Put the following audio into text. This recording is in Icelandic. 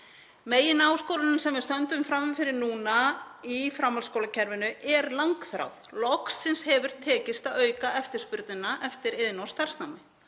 Megináskorunin sem við stöndum frammi fyrir núna í framhaldsskólakerfinu er langþráð; loksins hefur tekist að auka eftirspurnina eftir iðn- og starfsnámi.